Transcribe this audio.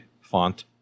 font